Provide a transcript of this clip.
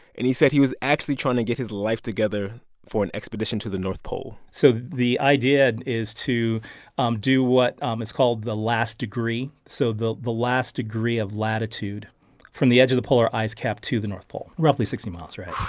and he said he was actually trying to get his life together for an expedition to the north pole so the idea is to um do what um is called the last degree. so the the last degree of latitude from the edge of the polar ice cap to the north pole, roughly sixty miles, right?